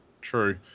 true